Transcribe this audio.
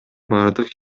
бардык